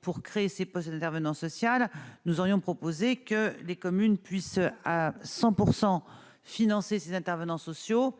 pour créer ces postes d'intervenants social nous aurions proposé que les communes puissent à 100 % financer ces intervenants sociaux